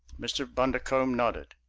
mr. bundercombe nodded.